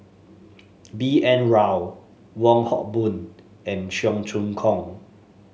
B N Rao Wong Hock Boon and Cheong Choong Kong